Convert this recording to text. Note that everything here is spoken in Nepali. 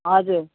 हजुर